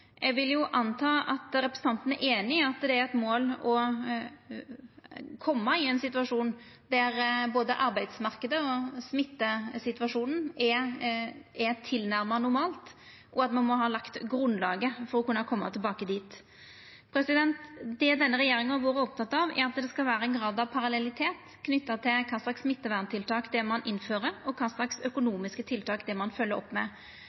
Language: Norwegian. Eg vil anta at representanten er einig i at det er eit mål å koma i ein situasjon der både arbeidsmarknaden og smittesituasjonen er tilnærma normal, og at me må ha lagt grunnlaget for å kunna koma tilbake dit. Det denne regjeringa har vore oppteke av, er at det skal vera ein grad av parallellitet knytt til kva slags smitteverntiltak det er ein innfører, og kva slags økonomiske tiltak det er ein følgjer opp med.